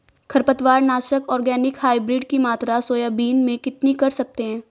खरपतवार नाशक organic hybrid की मात्रा सोयाबीन में कितनी कर सकते हैं?